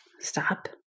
stop